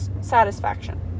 satisfaction